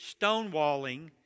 stonewalling